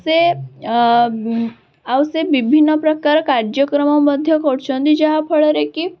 ସେ ଆଉ ସେ ବିଭିନ୍ନପ୍ରକାର କାର୍ଯ୍ୟକ୍ରମ ମଧ୍ୟ କରୁଛନ୍ତି ଯାହା ଫଳରେକି